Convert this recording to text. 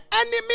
enemy